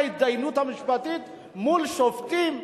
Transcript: ההתדיינות המשפטית מול שופטים.